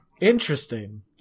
Interesting